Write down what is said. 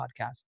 podcast